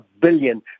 billion